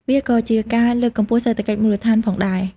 វាក៏ជាការលើកកម្ពស់សេដ្ឋកិច្ចមូលដ្ឋានផងដែរ។